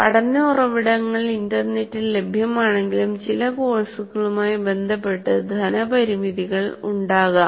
പഠന ഉറവിടങ്ങൾ ഇൻറർനെറ്റിൽ ലഭ്യമാണെങ്കിലും ചില കോഴ്സുകളുമായി ബന്ധപ്പെട്ട് ധനപരിമിതികൾ ഉണ്ടാകാം